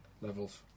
levels